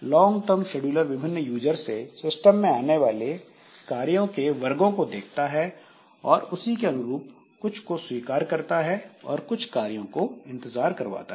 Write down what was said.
लोंग term scheduler विभिन्न user से system में आने वाली कार्यों के वर्गों को देखता है और उसी के अनुरूप कुछ को स्वीकार करता है और कुछ कार्यों को इंतजार करवाता है